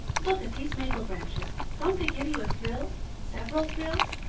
look at these maple branches. don't they give you a thrill several thrills?